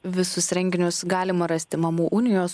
visus renginius galima rasti mamų unijos